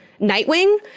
Nightwing